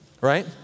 right